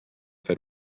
fer